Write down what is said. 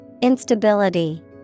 Instability